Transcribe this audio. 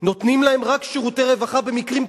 נותנים להם רק שירותי רווחה במקרים קיצוניים.